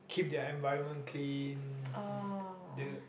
keep their environment clean the